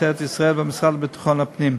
משטרת ישראל והמשרד לביטחון הפנים.